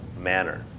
manner